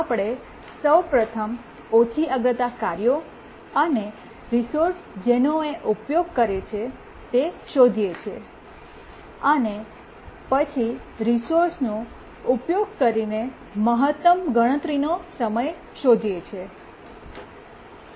આપણે સૌ પ્રથમ ઓછી અગ્રતા કાર્યો અને રિસોર્સ જેનો એ ઉપયોગ કરે છે તે શોધીએ છીએ અને પછી રિસોર્સ નો ઉપયોગ કરીને મહત્તમ ગણતરીનો સમય શોધીએ છીએ